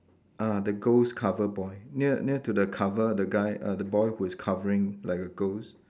ah the ghost cover boy near near to the cover the guy err the boy who is covering like a ghost